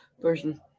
person